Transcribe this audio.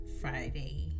Friday